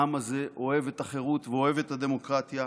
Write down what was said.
העם הזה אוהב את החירות ואוהב את הדמוקרטיה.